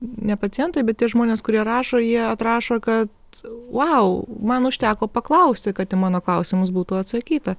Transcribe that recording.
ne pacientai bet tei žmonės kurie rašo jie atrašo kad vau man užteko paklausti kad mano klausimus būtų atsakyta